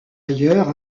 ailleurs